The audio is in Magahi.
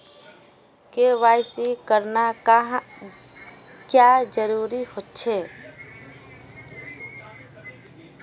के.वाई.सी करना क्याँ जरुरी होचे?